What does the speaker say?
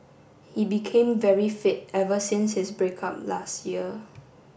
he became very fit ever since his break up last year